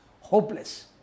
hopeless